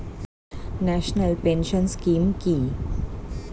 National pension scheme কি?